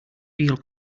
feel